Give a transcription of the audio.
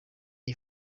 iyi